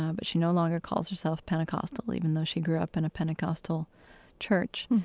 um but she no longer calls herself pentecostal, even though she grew up in a pentecostal church.